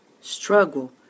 struggle